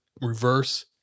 reverse